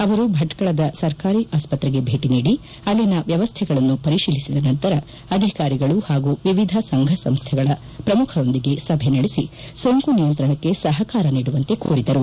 ಅವರು ಭಟ್ಕಳದ ಸರ್ಕಾರಿ ಆಸ್ತ್ರೆಗೆ ಭೇಟಿ ನೀಡಿ ಅಲ್ಲಿನ ವ್ಯವಸ್ಥೆಗಳನ್ನು ಪರಿಶೀಲಿಸಿದ ನಂತರ ಅಧಿಕಾರಿಗಳು ಹಾಗೂ ವಿವಿಧ ಸಂಘ ಸಂಸ್ಟೆಗಳ ಪ್ರಮುಖರೊಂದಿಗೆ ಸಭೆ ನಡೆಸಿ ಸೋಂಕು ನಿಯಂತ್ರಣಕ್ಕೆ ಸಹಕಾರ ನೀಡುವಂತೆ ಕೋರಿದರು